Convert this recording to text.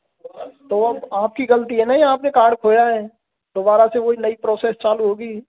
तो अब आपकी गलती है ना ये आपने कार्ड खोया है दोबारा से वही नई प्रोसेस चालू होगी